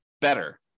better